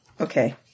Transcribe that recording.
Okay